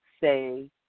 Say